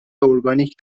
اورگانیک